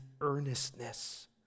earnestness